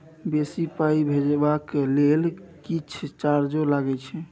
बेसी पाई भेजबाक लेल किछ चार्जो लागे छै?